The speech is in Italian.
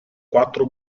quattro